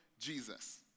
Jesus